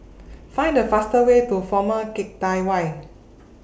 Find The faster Way to Former Keng Teck Whay